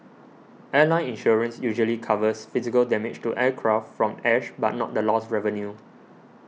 airline insurance usually covers physical damage to aircraft from ash but not the lost revenue